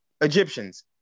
Egyptians